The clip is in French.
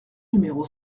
numéro